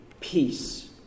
Peace